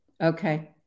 Okay